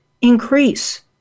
increase